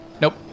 Nope